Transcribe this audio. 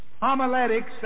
homiletics